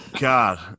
God